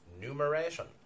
numeration